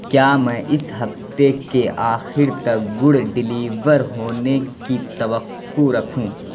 کیا میں اس ہفتے کے آخر تک گڑ ڈیلیور ہونے کی توقع رکھوں